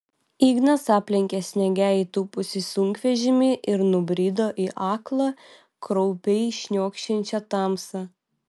ignas aplenkė sniege įtūpusį sunkvežimį ir nubrido į aklą kraupiai šniokščiančią tamsą